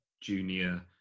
junior